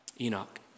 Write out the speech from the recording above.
Enoch